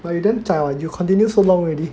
but you damn zai [one] you continue so long already